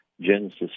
Genesis